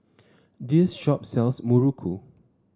this shop sells Muruku